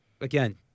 again